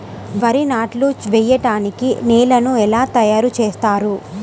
వరి నాట్లు వేయటానికి నేలను ఎలా తయారు చేస్తారు?